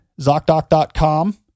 zocdoc.com